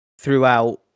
throughout